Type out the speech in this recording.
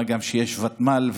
מה גם שיש ותמ"ל,